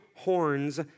horns